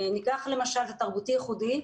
ניקח למשל את התרבותי-ייחודי.